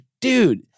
Dude